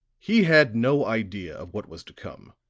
he had no idea of what was to come,